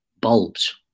bulbs